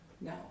No